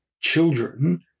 children